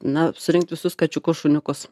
na surinkt visus kačiukus šuniukus